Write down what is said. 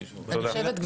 תודה.